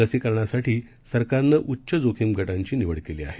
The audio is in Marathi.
लसीकरणासाठी सरकारनं उच्च जोखीम गटांची निवड केली आहे